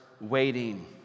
waiting